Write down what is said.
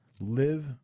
live